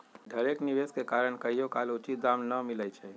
ढेरेक निवेश के कारण कहियोकाल उचित दाम न मिलइ छै